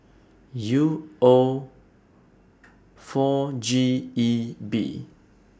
U O four G E B